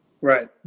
Right